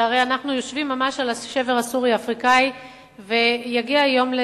שהרי אנחנו יושבים ממש על השבר הסורי-אפריקני ויגיע יום,